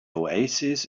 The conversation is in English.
oasis